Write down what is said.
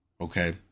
Okay